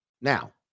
Now